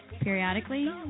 periodically